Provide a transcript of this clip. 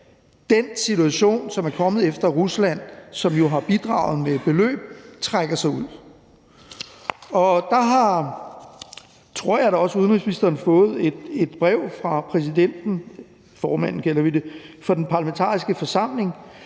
den situation, som er kommet, efter at Rusland, som jo har bidraget med beløb, har trukket sig ud. Og der tror jeg da også, at udenrigsministeren har fået et brev fra præsidenten, formanden kalder vi det, for Den Parlamentariske Forsamling,